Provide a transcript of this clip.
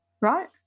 right